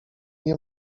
nie